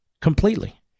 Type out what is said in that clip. Completely